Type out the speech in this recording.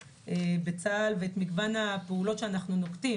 בצה"ל ואת מגוון הפעולות שאנחנו נוקטים,